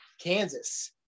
Kansas